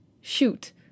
Shoot